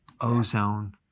ozone